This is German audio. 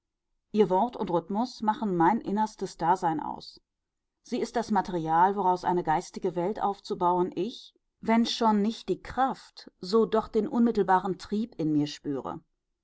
ihr wort und rhythmus machen mein innerstes dasein aus sie ist das material woraus eine geistige welt aufzubauen ich wenn schon nicht die kraft so doch den unmittelbaren trieb in mir spüre